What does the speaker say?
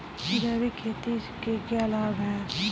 जैविक खेती के क्या लाभ हैं?